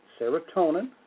serotonin